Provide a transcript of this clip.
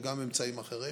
וגם אמצעים אחרים.